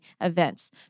events